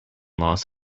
los